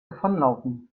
davonlaufen